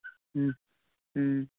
ꯎꯝ ꯎꯝ